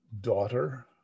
daughter